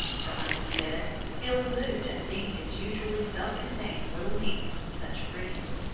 her uncle said, feeling moved at seeing his usually self-contained little niece in such grief.